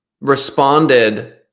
responded